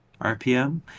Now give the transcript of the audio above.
RPM